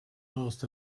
most